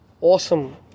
awesome